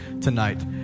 tonight